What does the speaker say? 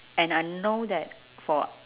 and I know that for